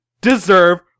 deserve